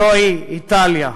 זוהי איטליה.